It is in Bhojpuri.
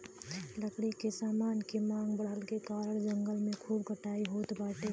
लकड़ी के समान के मांग बढ़ला के कारण जंगल के खूब कटाई होत बाटे